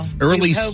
early